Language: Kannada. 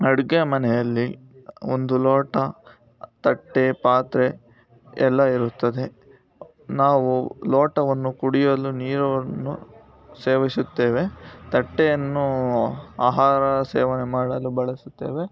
ಅಡುಗೆ ಮನೆಯಲ್ಲಿ ಒಂದು ಲೋಟ ತಟ್ಟೆ ಪಾತ್ರೆ ಎಲ್ಲ ಇರುತ್ತದೆ ನಾವು ಲೋಟವನ್ನು ಕುಡಿಯಲು ನೀರನ್ನು ಸೇವಿಸುತ್ತೇವೆ ತಟ್ಟೆಯನ್ನು ಆಹಾರ ಸೇವನೆ ಮಾಡಲು ಬಳಸುತ್ತೇವೆ